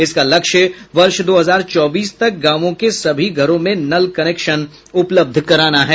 इसका लक्ष्य वर्ष दो हजार चौबीस तक गांवों के सभी घरों में नल कनेक्शन उपलब्ध कराना है